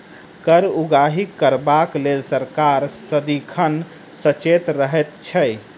कर उगाही करबाक लेल सरकार सदिखन सचेत रहैत छै